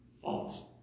False